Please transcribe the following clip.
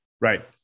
Right